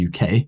uk